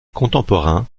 contemporains